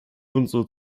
unsere